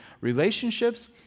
relationships